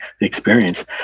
experience